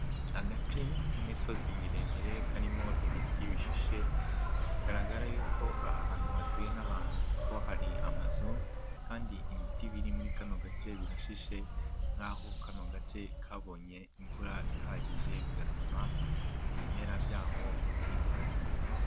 Agace k'imisozi miremire karimo ibiti bishishe, biragaragara yuko ahantu hatuwe n'abantu kuko hari amazu kandi ibiti biri muri kano gace birashishe nk'aho kano gace kabonye imvura ihagije bigatuma ibimera byaho bimera neza.